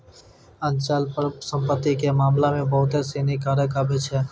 अचल संपत्ति के मामला मे बहुते सिनी कारक आबै छै